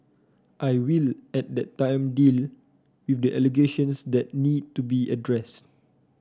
I will at that time deal with the allegations that need to be addressed